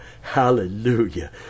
Hallelujah